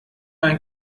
ein